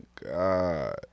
god